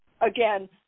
again